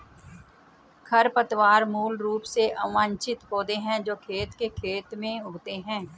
खरपतवार मूल रूप से अवांछित पौधे हैं जो खेत के खेत में उगते हैं